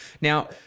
Now